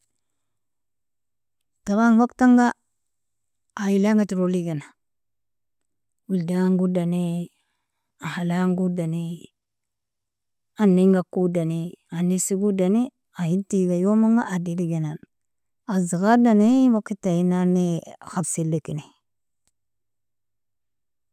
Taban wagtanga eayilanga tirweli gena, wildeangodani, ahalingodani, aningakodani, anesigodani aine tiga youmanga adedi gena asdigadani wagitainani khalsilkini.